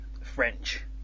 French